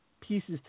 pieces